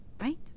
right